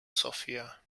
sofia